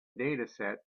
dataset